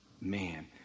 man